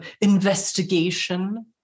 investigation